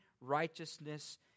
righteousness